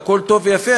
הכול טוב ויפה,